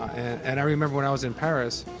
and i remember when i was in paris